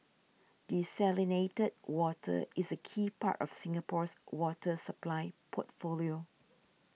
desalinated water is a key part of Singapore's water supply portfolio